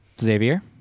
Xavier